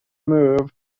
move